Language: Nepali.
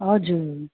हजुर